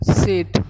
sit